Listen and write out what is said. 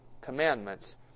commandments